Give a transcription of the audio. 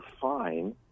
fine